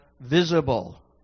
visible